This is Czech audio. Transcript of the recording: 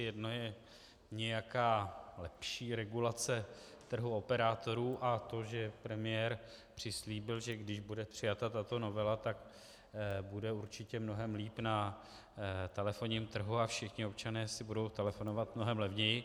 Jedna je nějaká lepší regulace trhu operátorů a to, že premiér přislíbil, že když bude přijata tato novela, tak bude určitě mnohem líp na telefonním trhu a všichni občané si budou telefonovat mnohem levněji.